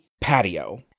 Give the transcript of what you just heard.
patio